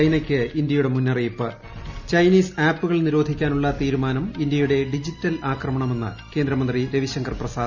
ചൈനയ്ക്ക് ഇന്തൃയുടെ മുന്നറിയിപ്പ് ചൈനീസ് ആപ്പുകൾ നിരോധിക്കാനുള്ള തീരുമാനം ഡിജിറ്റൽ ആക്രമണമെന്ന് കേന്ദ്രമന്ത്രി രവിശങ്കർ പ്രസാദ്